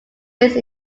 based